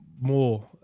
more